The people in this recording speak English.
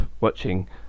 watching